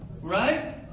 Right